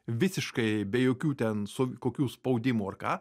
visiškai be jokių ten su kokiu spaudimu ar ką